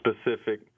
specific